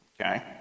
okay